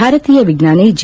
ಭಾರತೀಯ ವಿಜ್ಞಾನಿ ಜಿ